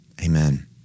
Amen